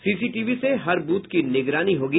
CCTV से हर booth की निगरानी होगी